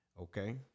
okay